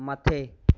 मथे